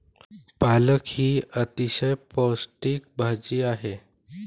पालक ही अतिशय पौष्टिक भाजी आहे